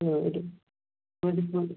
ഒരു അവിടെ ഇപ്പം